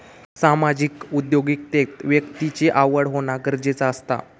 सामाजिक उद्योगिकतेत व्यक्तिची आवड होना गरजेचा असता